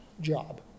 job